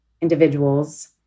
individuals